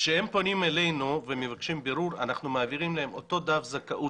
כשהם פונים אלינו ומבקשים בירור אנחנו מעבירים להם אותו דף זכאות